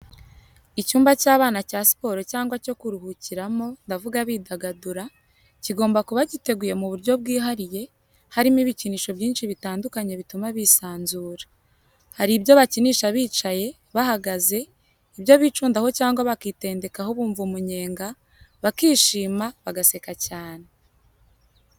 Icyumba cy'abana cya siporo cyangwa cyo kuruhukiramo, ndavuga bidagadura, kigomba kuba giteguye mu buryo bwihariye, harimo ibikinisho byinshi bitandukanye bituma bisanzura. Hari ibyo bakinisha bicaye, bahagaze, ibyo bicundaho cyangwa bakitendekaho bumva umunyenga, bakishima, bagaseka cyane.